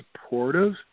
supportive